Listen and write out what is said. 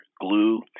glue